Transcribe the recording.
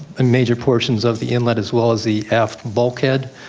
major portions of the inlet as well as the aft bulkhead.